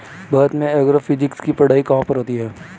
भारत में एग्रोफिजिक्स की पढ़ाई कहाँ पर होती है?